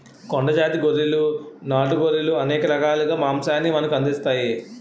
కొండ జాతి గొర్రెలు నాటు గొర్రెలు అనేక రకాలుగా మాంసాన్ని మనకు అందిస్తాయి